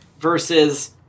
versus